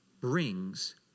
brings